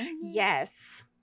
yes